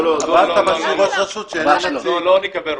לא נקבל רוטציה.